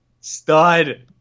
Stud